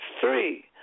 three